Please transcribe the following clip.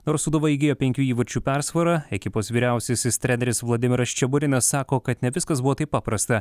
nors sūduva įgijo penkių įvarčių persvarą ekipos vyriausiasis treneris vladimiras čeburinas sako kad ne viskas buvo taip paprasta